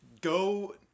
Go